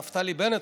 נפתלי בנט,